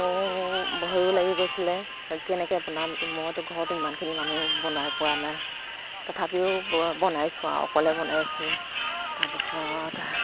ভয়ো লাগি গৈছিলে কেনেকৈ বনাম মইতো ঘৰত ইমানখিনি মানুহ বনাই পোৱা নাই তথাপিও ব বনাইছোঁ আৰু অকলে বনাইছোঁ তাৰ পিছত